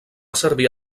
servir